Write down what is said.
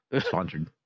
Sponsored